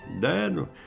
Dad